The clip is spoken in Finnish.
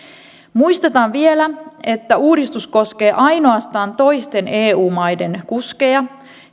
muistetaan vielä että uudistus koskee ainoastaan toisten eu maiden kuskeja